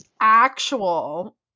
actual